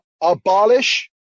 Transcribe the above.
abolish